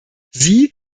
sie